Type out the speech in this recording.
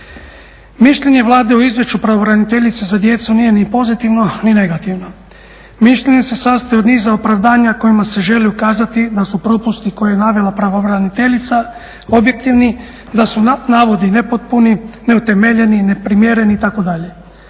Mišljenje Vlade o izvješću pravobraniteljice za djecu nije ni pozitivno ni negativno. Mišljenje se sastoji od niza opravdanja kojima se želi ukazati na suprotnosti koje je navela pravobraniteljica objektivni, da su navodi nepotpuni, neutemeljeni, neprimjereni itd.